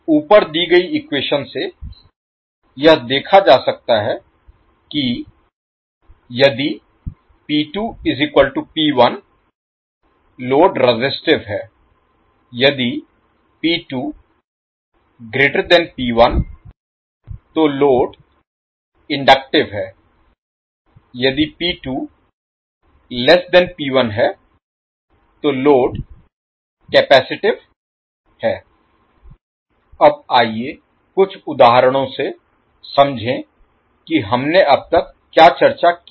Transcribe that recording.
ऊपर दी गई इक्वेशन से यह देखा जा सकता है कि • यदि लोड रेसिस्टिव है • यदि तो लोड इंडक्टिव है • यदि है तो लोड कैपेसिटिव है अब आइए कुछ उदाहरणों से समझें कि हमने अब तक क्या चर्चा की है